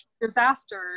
disasters